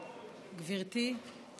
גברתי.